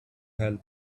help